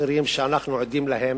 אחרים שאנחנו עדים להם,